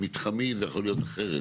במתחמים זה יכול להיות אחרת,